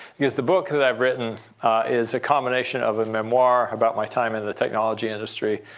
because the book that i've written is a combination of a memoir about my time in the technology industry,